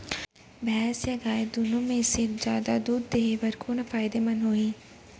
भैंस या गाय दुनो म से जादा दूध देहे बर कोन ह फायदामंद होही?